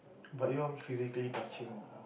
but you all physically touching more